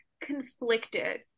conflicted